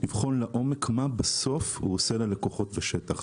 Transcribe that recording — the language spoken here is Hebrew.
לבחון לעומק מה בסוף הוא עושה ללקוחות בשטח.